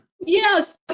Yes